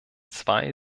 zwei